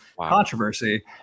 controversy